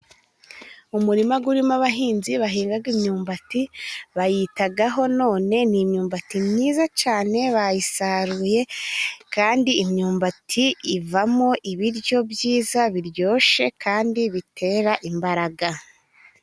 Umurima urimo abahinzi bahinga imyumbati, bayitaho none, ni imyumbati myiza cyane, bayisaruye kandi imyumbati ivamo ibiryo byiza biryoshye, kandi bitera imbaraga.